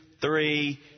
three